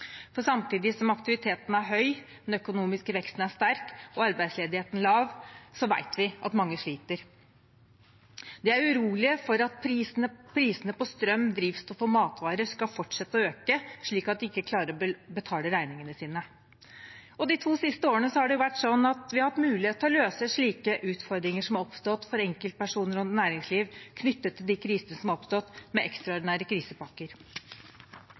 Samtidig som aktiviteten er høy, den økonomiske veksten er sterk, og arbeidsledigheten lav, vet vi at mange sliter. De er urolige for at prisene på strøm, drivstoff og matvarer skal fortsette å øke, slik at de ikke klarer å betale regningene sine. De to siste årene har det vært sånn at vi har hatt mulighet til å løse slike utfordringer som har oppstått for enkeltpersoner og næringsliv knyttet til de krisene som har oppstått, med ekstraordinære krisepakker.